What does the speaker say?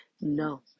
No